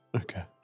Okay